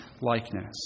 likeness